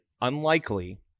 unlikely